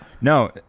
no